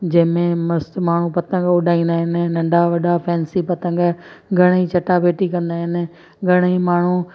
जंहिं में मस्तु माण्हू पतंग उॾाईंदा आहिनि नंढा वॾा फैंसी पतंग घणई चटाभेटी कंदा आहिनि घणई माण्हू